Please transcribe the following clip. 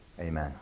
Amen